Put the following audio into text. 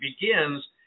begins